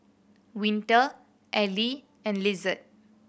Winter Ally and Lizette